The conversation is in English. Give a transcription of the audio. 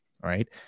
right